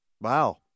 Wow